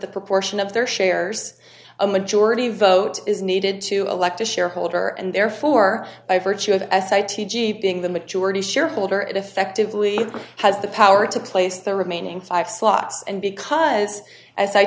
the proportion of their shares a majority vote is needed to elect a shareholder and therefore by virtue of being the majority shareholder it effectively has the power to place the remaining five slots and because